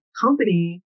company